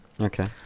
Okay